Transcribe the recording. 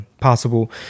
possible